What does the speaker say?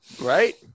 right